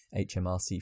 HMRC